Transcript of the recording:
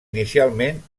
inicialment